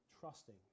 trusting